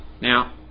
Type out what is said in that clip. Now